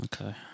Okay